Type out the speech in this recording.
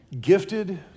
gifted